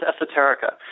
esoterica